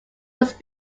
was